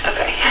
Okay